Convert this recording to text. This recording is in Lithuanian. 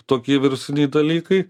tokie virusiniai dalykai